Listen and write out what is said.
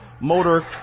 Motor